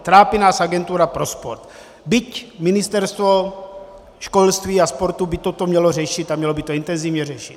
Trápí nás agentura pro sport, byť ministerstvo školství a sportu by toto mělo řešit a mělo by to intenzivně řešit.